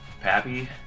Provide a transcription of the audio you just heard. Pappy